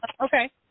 Okay